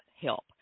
help